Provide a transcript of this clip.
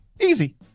Easy